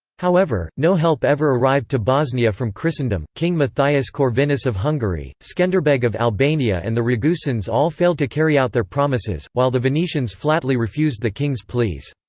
however, no help ever arrived to bosnia from christendom king matthias corvinus of hungary, skenderbeg of albania and the ragusans all failed to carry out their promises, while the venetians flatly refused the king's pleas.